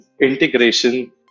integration